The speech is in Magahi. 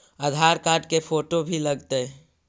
आधार कार्ड के फोटो भी लग तै?